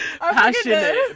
Passionate